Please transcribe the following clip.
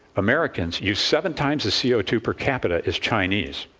americans use seven times the c o two per capita as chinese.